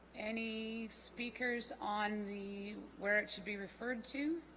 any speakers on the where it should be referred to